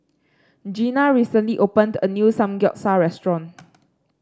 Gena recently opened a new Samgeyopsal restaurant